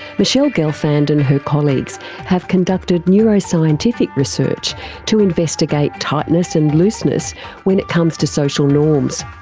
michele gelfand and her colleagues have conducted neuroscientific research to investigate tightness and looseness when it comes to social norms.